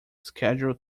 schedule